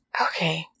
Okay